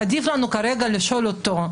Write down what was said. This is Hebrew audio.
עדיף לנו כרגע לשאול אותו,